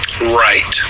Right